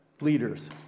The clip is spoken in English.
leaders